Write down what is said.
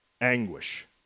anguish